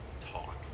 talk